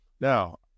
Now